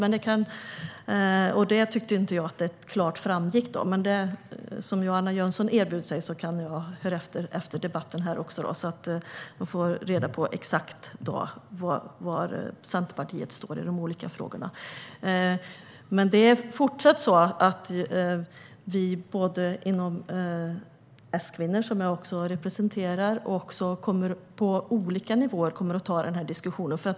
Jag tyckte inte att det klart framgick var Centerpartiet står. Men Johanna Jönsson erbjöd att jag kunde höra med henne efter debatten för att få reda på exakt var Centerpartiet står i de olika frågorna. Inom S-kvinnor, som jag också representerar, och på olika nivåer kommer jag att ta den här diskussionen.